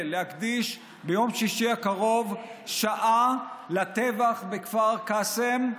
להקדיש ביום שישי הקרוב שעה לטבח בכפר קאסם,